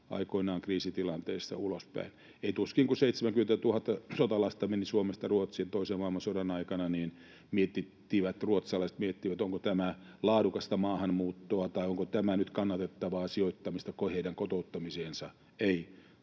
aikoinaan — kriisitilanteista ulospäin. Tuskin, kun 70 000 sotalasta meni Suomesta Ruotsiin toisen maailmansodan aikana, ruotsalaiset miettivät, onko tämä laadukasta maahanmuuttoa tai onko tämä nyt kannatettavaa sijoittamista heidän kotouttamiseensa. Eivät.